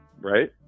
right